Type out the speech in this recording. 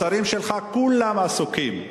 השרים שלך כולם עסוקים.